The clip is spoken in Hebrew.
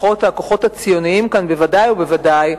לפחות הכוחות הציוניים כאן בוודאי ובוודאי,